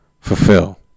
Fulfill